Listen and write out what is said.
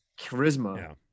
charisma